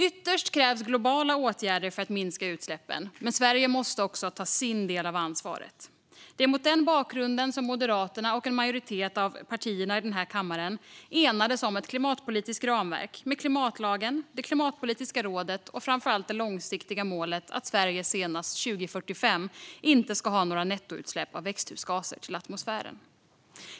Ytterst krävs globala åtgärder för att minska utsläppen, men Sverige måste också ta sin del av ansvaret. Det var mot den bakgrunden som Moderaterna och en majoritet av partierna i denna kammare enades om ett klimatpolitiskt ramverk med klimatlagen, Klimatpolitiska rådet och framför allt det långsiktiga målet att Sverige senast 2045 inte ska ha några nettoutsläpp av växthusgaser till atmosfären.